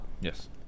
Yes